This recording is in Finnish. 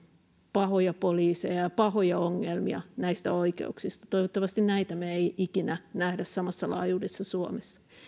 pahoja poliiseja ja pahoja ongelmia johtuen näistä oikeuksista toivottavasti näitä me emme ikinä näe samassa laajuudessa suomessa